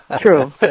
True